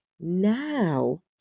Now